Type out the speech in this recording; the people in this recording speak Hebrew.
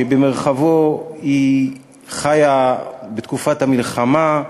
שבמרחבו היא חיה בתקופת המלחמה,